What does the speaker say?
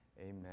amen